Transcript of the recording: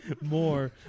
more